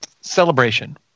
celebration